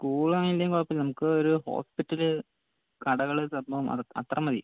സ്കൂളാണേലും കുഴപ്പമില്ല നമുക്കൊരു ഹോസ്പിറ്റല് കടകള് സ്വൽപ്പം അത്ര മതി